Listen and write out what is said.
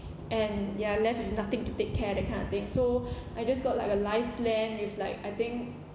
and ya left with nothing to take care that kind of thing so I just got like a life plan with like I think